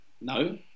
no